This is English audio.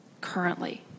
currently